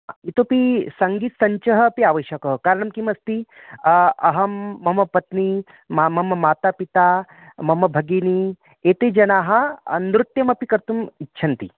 इतोपि सङ्गीतमञ्चः अपि आवश्यकः कारणं किम् अस्ति अहं मम पत्नी मा मम माता पिता मम भगिनी एते जनाः नृत्यमपि कर्तुम् इच्छन्ति